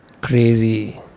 Crazy